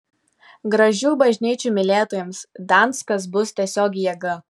gražių bažnyčių mylėtojams gdanskas bus tiesiog jėga